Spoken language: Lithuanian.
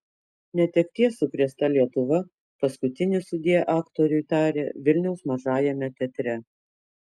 netekties sukrėsta lietuva paskutinį sudie aktoriui tarė vilniaus mažajame teatre